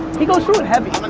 he goes through it heavy.